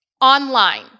online